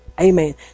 Amen